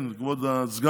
כן, כבוד הסגן.